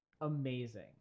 amazing